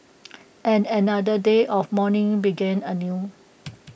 and another day of mourning began anew